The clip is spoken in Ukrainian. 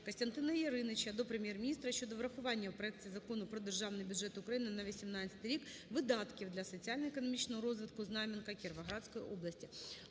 Костянтина Яриніча до Прем'єр-міністра щодо врахування у проекті Закону "Про Державний бюджет України на 2018 рік" видатків для соціально-економічного розвитку Знам'янка Кіровоградської області.